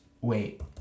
Wait